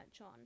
on